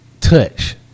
touch